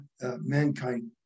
mankind